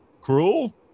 cruel